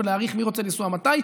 ומעריך מי רוצה לנסוע מתי.